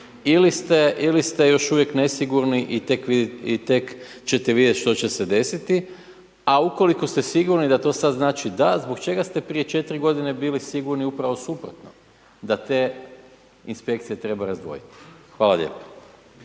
ili ste još uvijek nesigurni i tek će te vidjeti što će se desiti, a ukoliko ste sigurni da to znači DA, zbog čega ste prije četiri godine bili sigurni upravo suprotno, da te inspekcije treba razdvojiti? Hvala lijepo.